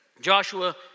Joshua